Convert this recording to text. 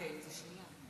סעיף 1 נתקבל.